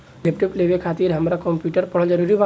Laptop लेवे खातिर हमरा कम्प्युटर पढ़ल जरूरी बा?